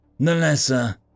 Nalessa